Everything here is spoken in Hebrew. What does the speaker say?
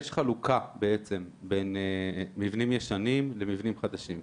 יש חלוקה בעצם בין מבנים ישנים למבנים חדשים.